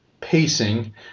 pacing